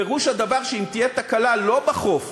פירוש הדבר שאם תהיה תקלה, לא בחוף,